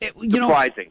Surprising